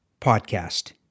Podcast